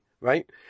right